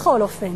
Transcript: בכל אופן,